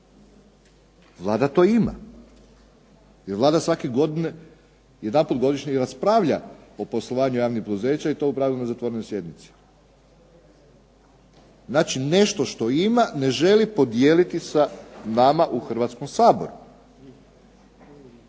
Vlada to ima. Jer Vlada svake godine jedanput godišnje i raspravlja o poslovanju javnih poduzeća i to u pravilu na zatvorenoj sjednici. Znači nešto što ima ne želi podijeliti sa nama u Hrvatskom saboru.